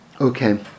Okay